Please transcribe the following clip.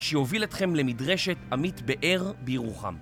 שיוביל אתכם למדרשת עמית באר בירוחם.